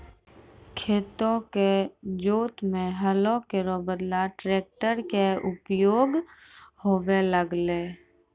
खेतो क जोतै म हलो केरो बदला ट्रेक्टरवा कॅ उपयोग होबे लगलै